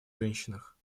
женщинах